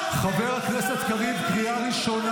אנחנו כבר לא משתמשים כאן בביטוי הזה.